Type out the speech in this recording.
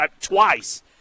twice